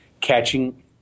catching